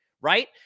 Right